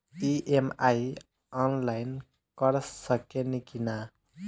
EMI online कर सकेनी की ना?